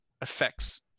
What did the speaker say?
affects